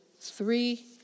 three